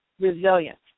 resilience